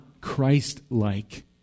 Christ-like